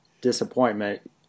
disappointment